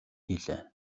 хийлээ